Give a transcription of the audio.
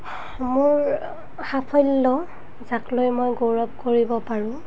মোৰ সাফল্য যাক লৈ মই গৌৰৱ কৰিব পাৰোঁ